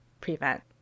prevent